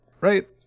right